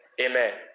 Amen